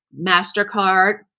MasterCard